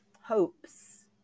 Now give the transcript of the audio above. hopes